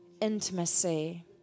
intimacy